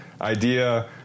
idea